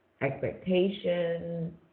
expectations